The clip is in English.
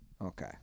Okay